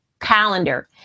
calendar